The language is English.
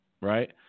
right